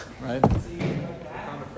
right